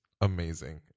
Amazing